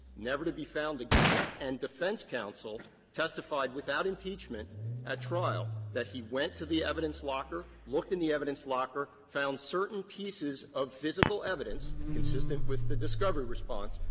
never to be found again. and defense counsel testified without impeachment at trial that he went to the evidence locker, looked in the evidence locker, found certain pieces of physical evidence consistent with the discovery response,